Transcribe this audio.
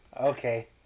Okay